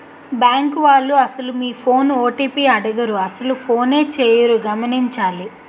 bank వాళ్లు అసలు మీ ఫోన్ ఓ.టి.పి అడగరు అసలు ఫోనే చేయరు గమనించాలి